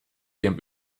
ihrem